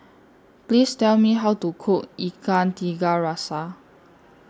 Please Tell Me How to Cook Ikan Tiga Rasa